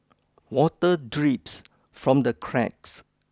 water drips from the cracks